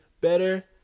better